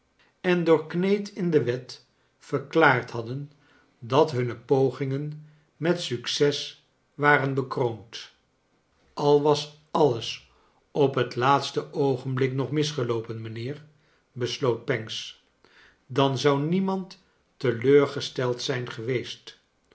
en doorkneed in de wet verklaard hadden dat hunne pogingen met succes waren bekroond al was alles op het laatste oogenblik nog misgeloopen mijnheer besloot pancks dan zou niemand teleurgesteld zijn geweest